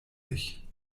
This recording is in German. ich